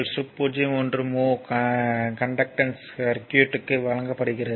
1 mho conductance சர்க்யூட்க்கு வழங்கப்படுகிறது